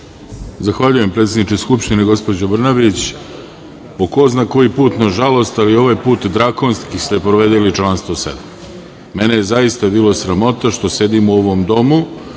Zahvaljujem, predsedniče Skupštine gospođo Brnabić. Po ko zna koji put, nažalost, ali ovaj put drakonski ste povredili član 107. Mene je zaista bilo sramota što sedim u ovom domu